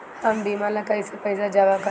हम बीमा ला कईसे पईसा जमा करम?